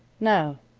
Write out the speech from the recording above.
no,